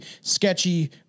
sketchy